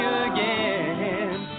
again